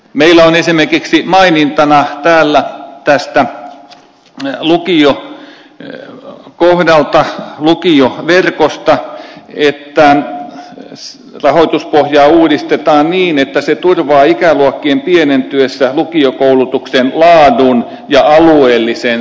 meillä on esimerkiksi mainintana täällä tästä tulee lukio ey kohdalta luki jo verkosta lukiokohdalta lukioverkosta että rahoituspohjaa uudistetaan niin että se turvaa ikäluokkien pienentyessä lukiokoulutuksen laadun ja alueellisen saavutettavuuden